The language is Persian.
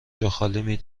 جاخالی